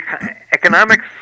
economics